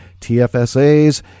TFSAs